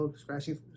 scratching